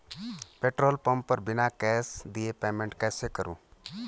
Petrol pump पर बिना cash दिए पेमेंट कैसे करूँ?